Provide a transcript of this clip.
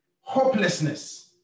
hopelessness